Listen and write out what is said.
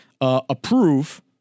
approve